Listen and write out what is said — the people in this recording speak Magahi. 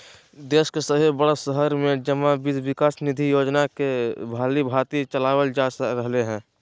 देश के सभे बड़ा शहर में जमा वित्त विकास निधि योजना के भलीभांति चलाबल जा रहले हें